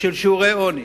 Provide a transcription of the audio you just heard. בשיעורי עוני,